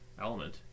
element